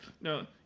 No